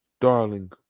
Darling